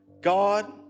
God